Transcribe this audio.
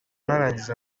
narangiza